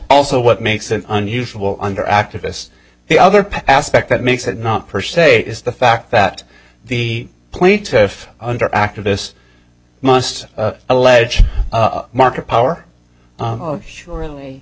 also what makes an unusual under activist the other aspect that makes it not per se is the fact that the plaintiff under activist must allege market power surely surely